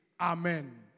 Amen